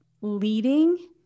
leading